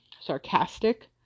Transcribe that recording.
sarcastic